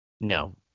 No